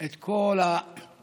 את כל ההתלבטויות